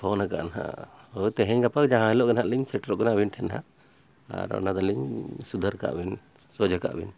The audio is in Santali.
ᱯᱷᱳᱱ ᱟᱠᱟᱫᱼᱟ ᱱᱟᱦᱟᱜ ᱦᱳᱭ ᱛᱮᱦᱮᱧᱼᱜᱟᱯᱟ ᱡᱟᱦᱟᱸ ᱦᱤᱞᱳᱜ ᱜᱮ ᱱᱟᱦᱟᱜ ᱞᱤᱧ ᱥᱮᱴᱮᱨᱚᱜ ᱠᱟᱱᱟ ᱵᱤᱱ ᱴᱷᱮᱱ ᱱᱟᱦᱟᱜ ᱟᱨ ᱚᱱᱟ ᱫᱚᱞᱤᱧ ᱥᱩᱫᱷᱟᱹᱨ ᱠᱟᱜ ᱵᱤᱱ ᱥᱚᱡᱷᱮᱠᱟᱜ ᱵᱤᱱ